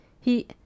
He—